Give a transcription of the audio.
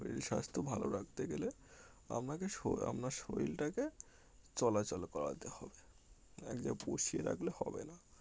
শরীর স্বাস্থ্য ভালো রাখতে গেলে আপনাকে আপনার শরীরটাকে চলাচল করাতে হবে এক জায়গায় বসিয়ে রাখলে হবে না